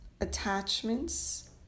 attachments